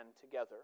together